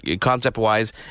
concept-wise